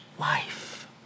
life